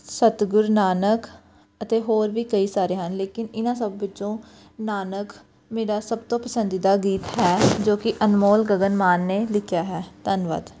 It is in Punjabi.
ਸਤਿਗੁਰ ਨਾਨਕ ਅਤੇ ਹੋਰ ਵੀ ਕਈ ਸਾਰੇ ਹਨ ਲੇਕਿਨ ਇਹਨਾਂ ਸਭ ਵਿੱਚੋਂ ਨਾਨਕ ਮੇਰਾ ਸਭ ਤੋਂ ਪਸੰਦੀਦਾ ਗੀਤ ਹੈ ਜੋ ਕਿ ਅਨਮੋਲ ਗਗਨ ਮਾਨ ਨੇ ਲਿਖਿਆ ਹੈ ਧੰਨਵਾਦ